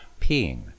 peeing